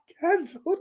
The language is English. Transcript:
cancelled